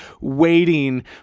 waiting